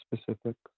specifics